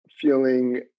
feeling